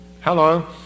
Hello